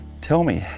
tell me,